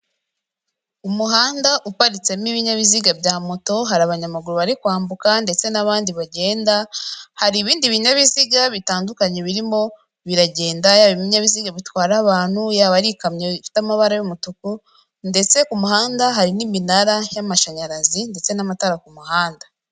Umuhanda uparitsemo ibinyabiziga bya moto, hari abanyamaguru bari kwambuka ndetse n'abandi bagenda, hari ibindi binyabiziga bitandukanye birimo biragenda yaba ibinyabiziga bitwara abantu, yaba ari ikamyo iifite amabara y'umutuku ndetse ku muhanda hari n'iminara y'amashanyarazi ndetse n'amatara ku muhanda.